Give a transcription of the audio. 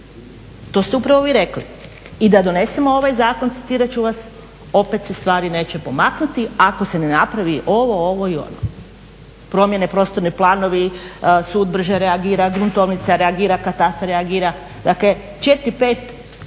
To ste upravo vi rekli. I da donesemo ovaj zakon, citirati ću vas, opet se stvari neće pomaknuti ako se ne napravi ovo, ovo i ono, promjene prostorni planovi, sud brže reagira, gruntovnica reagira, katastar reagira. Dakle, 4, 5